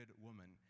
woman